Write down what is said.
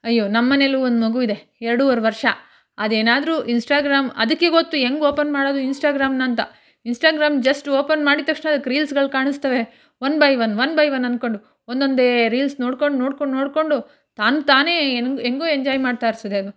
ಅಯ್ಯೋ ನಮ್ಮನೇಲೂ ಒಂದು ಮಗು ಇದೆ ಎರಡುವರೆ ವರ್ಷ ಅದೇನಾದ್ರೂ ಇನ್ಸ್ಟಾಗ್ರಾಮ್ ಅದಕ್ಕೆ ಗೊತ್ತು ಹೆಂಗೆ ಓಪನ್ ಮಾಡೋದು ಇನ್ಸ್ಟಾಗ್ರಾಮ್ನ ಅಂತ ಇನ್ಸ್ಟಾಗ್ರಾಮ್ ಜಸ್ಟ್ ಓಪನ್ ಮಾಡಿದ ತಕ್ಷಣ ಅದಕ್ಕೆ ರೀಲ್ಸ್ಗಳು ಕಾಣಿಸ್ತವೆ one by one one by one ಅಂದ್ಕೊಂಡು ಒಂದೊಂದೇ ರೀಲ್ಸ್ ನೋಡ್ಕೊಂಡು ನೋಡ್ಕೊಂಡು ನೋಡಿಕೊಂಡು ತಾನು ತಾನೇ ಎನ್ ಹೆಂಗೋ ಎಂಜಾಯ್ ಮಾಡ್ತಾಯಿರ್ತದೆ ಅದು